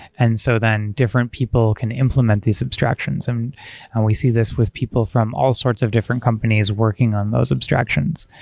and so then different people can implement this abstractions, and and we see this with people from all sorts of different companies working on those abstractions.